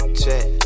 check